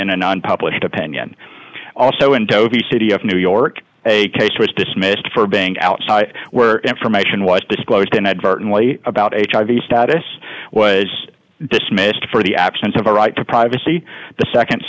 in an unpublished opinion also in dhobi city of new york a case was dismissed for being outside where information was disclosed inadvertently about hiv status was dismissed for the absence of a right to privacy the